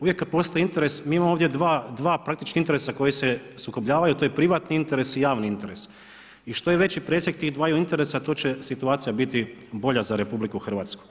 Uvijek kada postoji interes, mi imamo ovdje praktički dva interesa koji se sukobljavaju, to je privatni interes i javni interes i što je veći presjek tih dvaju interesa to će situacija biti bolja za RH.